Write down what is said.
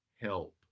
help